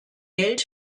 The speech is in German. geld